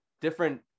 different